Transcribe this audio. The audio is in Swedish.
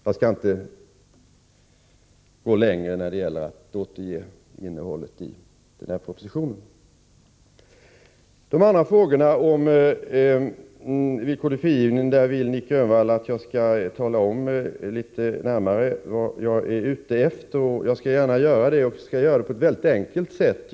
Jag skall inte gå längre när det gäller att återge innehållet i propositionen. I de övriga frågorna om villkorlig frigivning vill Nic Grönvall att jag skall tala om litet närmare vad jag är ute efter. Jag skall gärna göra det och på ett väldigt enkelt sätt.